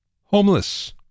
Homeless